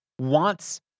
wants